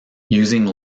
using